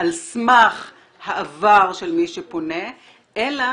על סמך העבר של מי שפונה אלא